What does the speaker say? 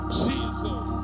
jesus